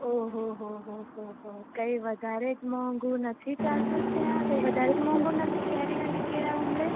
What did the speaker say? ઓ હો હો હો હો હો કઈ વધારે જ મોંઘું નથી ચાલતું છે આ કઈ વધારે જ મોંઘું નથી કેરી અને કેળાં હમણે